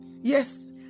Yes